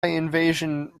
invasion